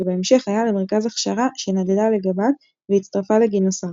ובהמשך היה למרכז הכשרה שנדדה לגבת והצטרפה לגינוסר.